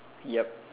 yup